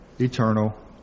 eternal